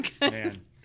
man